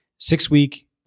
six-week